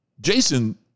Jason